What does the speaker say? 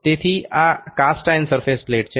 તેથી આ cast iron surface plate છે